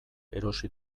erosi